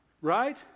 right